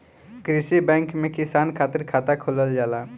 कृषि बैंक में किसान खातिर खाता खोलल जाला